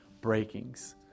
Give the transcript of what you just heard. breakings